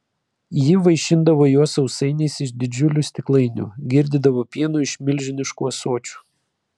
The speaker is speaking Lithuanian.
ji vaišindavo juos sausainiais iš didžiulių stiklainių girdydavo pienu iš milžiniškų ąsočių